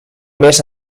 més